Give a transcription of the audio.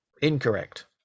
incorrect